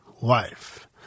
wife